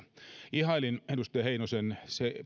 ihailin edustaja heinosen